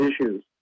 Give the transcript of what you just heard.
issues